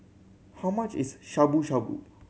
how much is Shabu Shabu